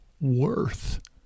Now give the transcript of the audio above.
worth